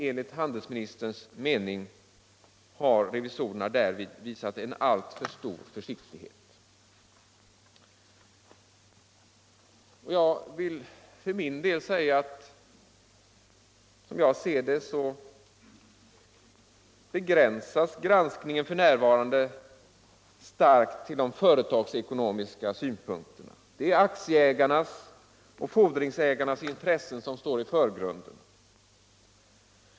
Enligt handelsministerns mening har revisorerna därvid visat en alltför stor försiktighet. Som jag ser det begränsas granskningen f.n. starkt till de företagsekonomiska synpunkterna. Det är aktieägarnas och fordringsägarnas intressen som står i förgrunden.